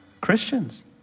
Christians